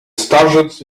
starzec